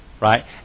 right